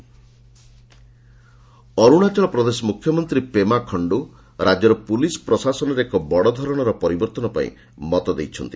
Arunachal situation ଅର୍ଭୁଶାଚଳ ପ୍ରଦେଶ ମୁଖ୍ୟମନ୍ତ୍ରୀ ପେମା ଖାଣ୍ଡୁ ରାଜ୍ୟର ପୁଲିସ୍ ପ୍ରଶାସନରେ ଏକ ବଡ଼ଧରଣର ପରିବର୍ତ୍ତନ ପାଇଁ ମତ ଦେଇଛନ୍ତି